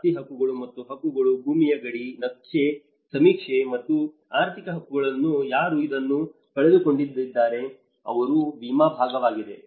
ಆಸ್ತಿ ಹಕ್ಕುಗಳು ಮತ್ತು ಹಕ್ಕುಗಳು ಭೂಮಿಯ ಗಡಿ ನಕ್ಷೆ ಸಮೀಕ್ಷೆ ಮತ್ತು ಆರ್ಥಿಕ ಹಕ್ಕುಗಳು ಯಾರು ಇದನ್ನು ಕಳೆದುಕೊಂಡಿದ್ದಾರೆ ಅದರಲ್ಲಿ ವಿಮಾ ಭಾಗವಿದೆ